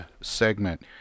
segment